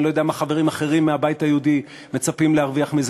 אני לא יודע מה חברים אחרים מהבית היהודי מצפים להרוויח מזה.